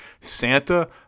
Santa